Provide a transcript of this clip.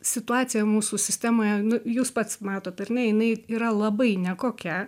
situacija mūsų sistemoje jūs pats matot ar ne jinai yra labai nekokia